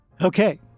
Okay